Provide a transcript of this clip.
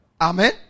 amen